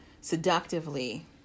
seductively